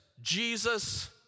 Jesus